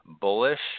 bullish